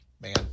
man